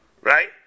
Right